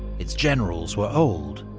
its generals were old,